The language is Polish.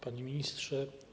Panie Ministrze!